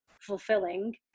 fulfilling